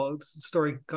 story